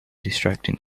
distracting